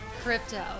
Crypto